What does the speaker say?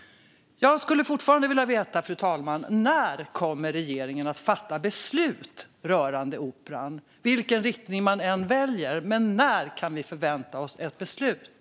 Jag skulle fortfarande vilja veta, fru talman: När kommer regeringen att fatta beslut rörande Operan? Vilken riktning man än väljer - när kan vi förvänta oss ett beslut?